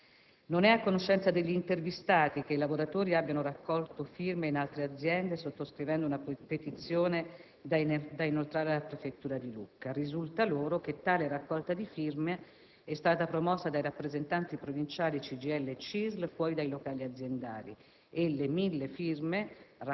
Non è a conoscenza degli intervistati che i lavoratori abbiano raccolto firme in altre aziende sottoscrivendo una petizione da inoltrare alla prefettura di Lucca. Risulta loro che tale raccolta di firme è stata promossa dai rappresentanti provinciali CGIL e CISL fuori dai locali aziendali e le mille firme